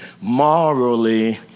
morally